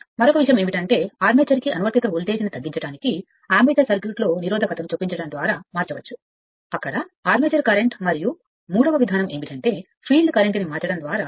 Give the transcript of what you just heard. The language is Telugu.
మరొక విషయం ఏమిటంటే అర్మేచర్ కి అనువర్తిత వోల్టేజ్ను తగ్గించడానికి అమ్మీటర్ సర్క్యూట్లో నిరోధకత ను చొప్పించడం ద్వారా అక్కడ ఆర్మేచర్ కరెంట్ మరియు సంఖ్య మూడు ని మార్చడం ద్వారా